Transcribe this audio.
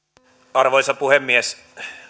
arvoisa puhemies